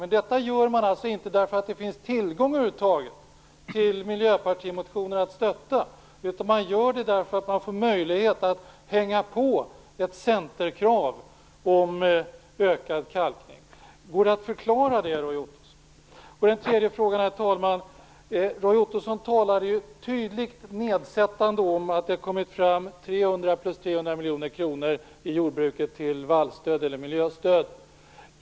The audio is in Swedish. Men detta gör man alltså inte därför att det finns miljöpartimotioner att stötta, utan man gör det för att man får möjlighet att hänga på ett krav från Centern på ökad kalkning. Går det att förklara detta, Roy Ottosson? Jag har en tredje fråga, herr talman. Roy Ottosson talade ju tydligt nedsättande om att det har tagits fram 300 miljoner plus 300 miljoner kronor till jordbruket i vallstöd eller miljöstöd.